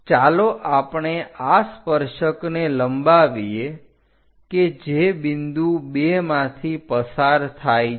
ચાલો આપણે આ સ્પર્શકને લંબાવીએ કે જે બિંદુ 2 માંથી પસાર થાય છે